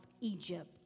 Egypt